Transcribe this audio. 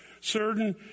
certain